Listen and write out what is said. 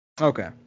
Okay